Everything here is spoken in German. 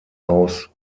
aus